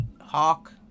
Hawk